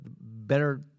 better